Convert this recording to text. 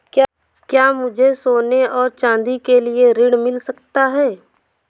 क्या मुझे सोने और चाँदी के लिए ऋण मिल सकता है?